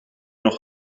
nog